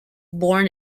born